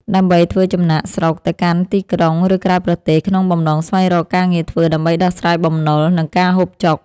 ដើម្បីធ្វើចំណាកស្រុកទៅកាន់ទីក្រុង ឬក្រៅប្រទេសក្នុងបំណងស្វែងរកការងារធ្វើដើម្បីដោះស្រាយបំណុល និងការហូបចុក។